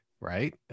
right